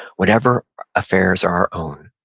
whatever affairs are our own.